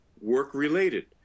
work-related